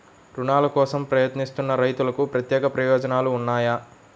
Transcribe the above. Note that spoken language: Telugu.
రుణాల కోసం ప్రయత్నిస్తున్న రైతులకు ప్రత్యేక ప్రయోజనాలు ఉన్నాయా?